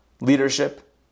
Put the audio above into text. leadership